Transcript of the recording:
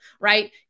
right